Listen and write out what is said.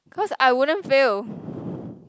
cause I wouldn't fail